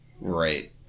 right